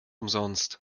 umsonst